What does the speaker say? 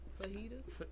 Fajitas